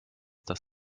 das